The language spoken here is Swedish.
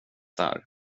där